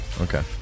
Okay